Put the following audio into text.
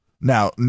Now